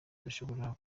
dushobora